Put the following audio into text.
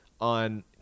on